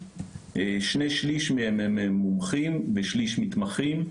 שני שליש מהם הם מומחים ושליש מתמחים,